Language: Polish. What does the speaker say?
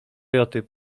joty